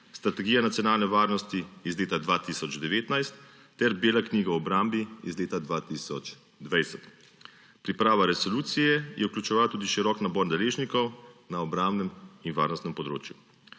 strategija nacionalne varnosti iz leta 2019 ter bela knjiga o obrambi iz leta 2020. Priprava resolucije je vključevala tudi širok nabor deležnikov na obrambnem in varnostnem področju.